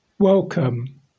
Welcome